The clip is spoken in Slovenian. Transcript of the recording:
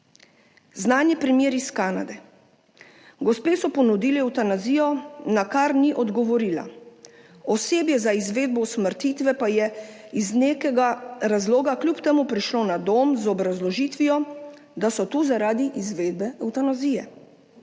Znan je primer iz Kanade, gospe so ponudili evtanazijo, na kar ni odgovorila. Osebje za izvedbo usmrtitve pa je iz nekega razloga kljub temu prišlo na dom z obrazložitvijo, da so tu zaradi izvedbe evtanazije.